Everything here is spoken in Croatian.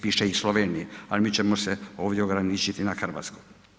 Piše i Sloveniji, ali mi ćemo se ovdje ograničiti na Hrvatsku.